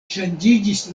ŝanĝiĝis